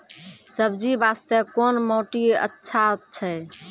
सब्जी बास्ते कोन माटी अचछा छै?